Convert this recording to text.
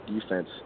defense